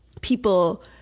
people